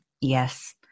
Yes